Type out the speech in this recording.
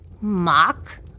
mock